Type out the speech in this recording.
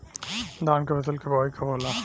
धान के फ़सल के बोआई कब होला?